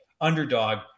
underdog